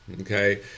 Okay